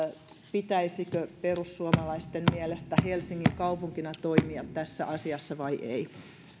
pitäisikö perussuomalaisten mielestä helsingin kaupunkina toimia tässä asiassa vai ei